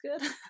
good